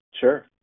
Sure